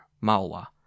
Malwa